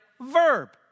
verb